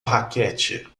raquete